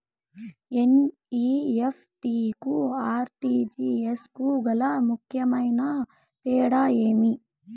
NEFT కు RTGS కు గల ముఖ్యమైన తేడా ఏమి?